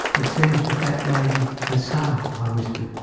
it seems the fat lady has sung i whispered.